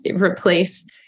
replace